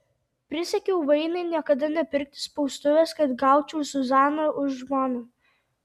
prisiekiau vainai niekada nepirkti spaustuvės kad gaučiau zuzaną už žmoną